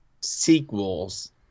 sequels